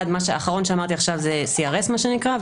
אחד, האחרון שאמרתי עכשיו זה CRS, מה שנקרא.